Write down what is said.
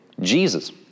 Jesus